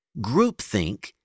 Groupthink